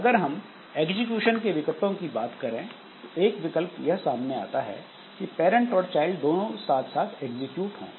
अगर हम एग्जीक्यूशन के विकल्पों की बात करें तो एक विकल्प सामने यह आता है कि पैरंट और चाइल्ड दोनों साथ साथ एग्जीक्यूट हों